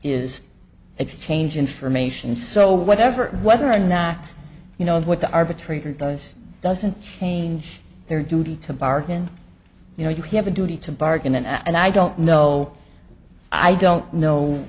is exchange information so whatever whether or not you know what the arbitrator does doesn't change their duty to bargain you know you have a duty to bargain and i don't know i don't know